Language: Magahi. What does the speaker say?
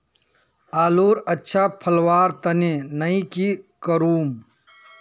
आलूर अच्छा फलवार तने नई की करूम?